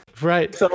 Right